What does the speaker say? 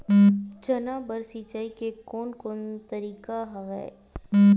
चना बर सिंचाई के कोन कोन तरीका हवय?